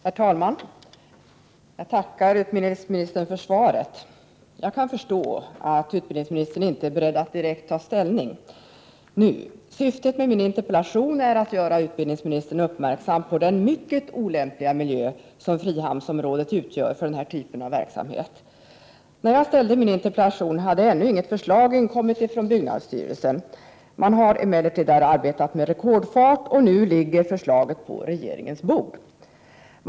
Herr talman! Jag tackar utbildningsministern för svaret. Jag kan förstå att utbildningsministern inte är beredd att direkt ta ställning. Syftet med min interpellation är att göra utbildningsministern uppmärksam på den mycket olämpliga miljö som frihamnsområdet utgör för den här typen av verksamhet. När jag framställde min interpellation hade ännu inget förslag inkommit från byggnadsstyrelsen. Man har emellertid där arbetat med rekordfart, och nu ligger förslaget på regeringens bord.